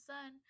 Sun